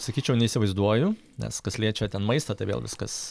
sakyčiau neįsivaizduoju nes kas liečia ten maistą tai vėl viskas